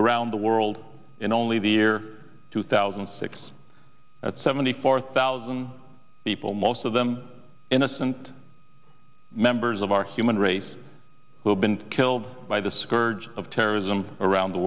around the world in only the year two thousand and six at seventy four thousand people most of them innocent members of our human race who have been killed by the scourge of terrorism around the